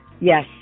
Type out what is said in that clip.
Yes